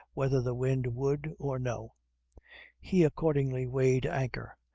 whether the wind would or no he accordingly weighed anchor,